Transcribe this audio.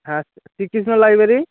হ্যাঁ শ্রীকৃষ্ণ লাইব্রেরি